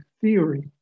theory